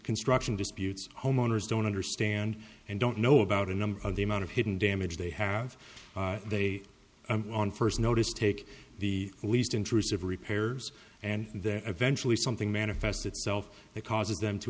construction disputes homeowners don't understand and don't know about a number of the amount of hidden damage they have they on first notice take the least intrusive repairs and there eventually something manifest itself that causes them to